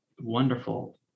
wonderful